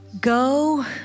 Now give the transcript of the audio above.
go